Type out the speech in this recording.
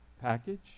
package